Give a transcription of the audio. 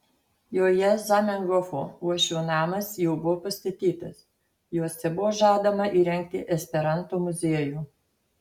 joje zamenhofo uošvio namas jau buvo pastatytas juose buvo žadama įrengti esperanto muziejų